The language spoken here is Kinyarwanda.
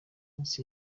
minsi